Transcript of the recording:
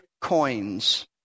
coins